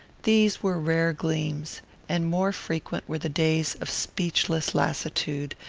these were rare gleams and more frequent were the days of speechless lassitude,